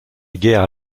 guerre